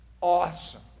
Awesome